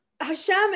Hashem